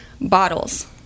bottles